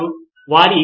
కనుక ఇది ఎలా చేయవచ్చు